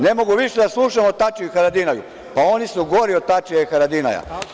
Ne mogu više da slušam o Tačiju i Haradinaju, pa oni su gori od Tačija i Haradinaja.